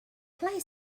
play